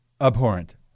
abhorrent